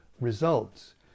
results